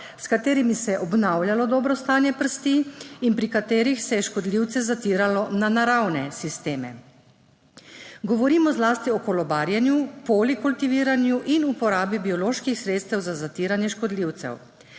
s katerimi se je obnavljalo dobro stanje prsti in pri katerih se je škodljivce zatiralo na naravne sisteme. Govorimo zlasti o kolobarjenju, polikultiviranju in uporabi bioloških sredstev za zatiranje škodljivcev.